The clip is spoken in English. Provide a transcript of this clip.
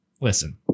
listen